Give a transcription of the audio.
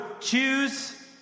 choose